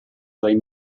dai